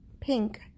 pink